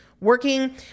working